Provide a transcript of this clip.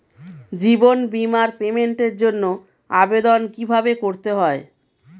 জীবন বীমার পেমেন্টের জন্য আবেদন কিভাবে করতে হয়?